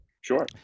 Sure